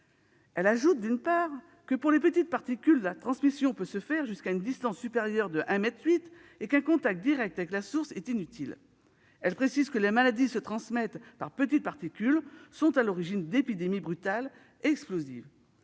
Elle ajoutait, d'une part, que, pour les petites particules, la transmission peut se faire jusqu'à une distance supérieure à 1,8 mètre et qu'un contact direct avec la source est inutile. Elle précisait que les maladies se transmettant par petites particules sont à l'origine d'épidémies brutales et explosives.